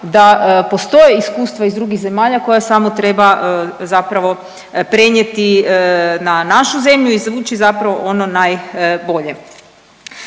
da postoje iskustva iz drugih zemalja koja samo treba zapravo prenijeti na našu zemlju i izvući ono najbolje.